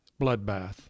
bloodbath